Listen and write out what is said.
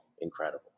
incredible